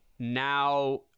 Now